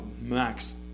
max